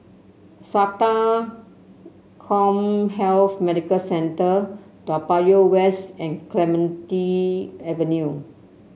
SATA CommHealth Medical Centre Toa Payoh West and Clementi Avenue